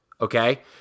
okay